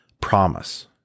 promise